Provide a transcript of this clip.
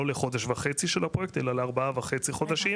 לא לחודש וחצי של הפרויקט אלא לארבעה וחצי חודשים